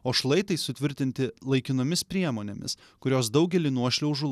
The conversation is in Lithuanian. o šlaitai sutvirtinti laikinomis priemonėmis kurios daugelį nuošliaužų